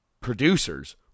producers